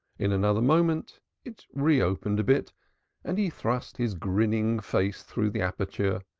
in another moment it reopened a bit and he thrust his grinning face through the aperture.